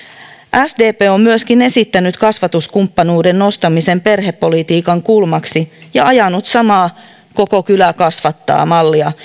sdp on myöskin esittänyt kasvatuskumppanuuden nostamisen perhepolitiikan kulmaksi ja ajanut samaa koko kylä kasvattaa mallia